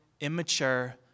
immature